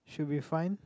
should be fine